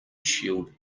shield